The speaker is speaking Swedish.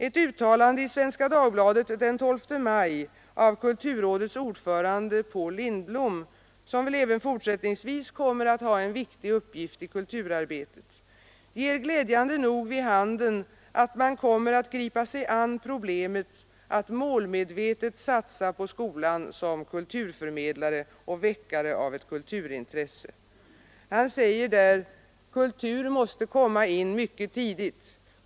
Ett uttalande i Svenska Dagbladet den 12 maj av kulturrådets ordförande, Paul Lindblom, som väl även fortsättningsvis kommer att ha en viktig uppgift i kulturarbetet, ger glädjande nog vid handen att man kommer att gripa sig an problemet att målmedvetet satsa på skolan som kulturförmedlare och väckare av ett kulturintresse. Han säger där: ”Kultur måste komma in mycket tidigt.